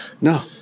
no